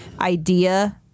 idea